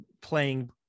playing